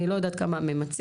אני לא יודעת כמה ממצים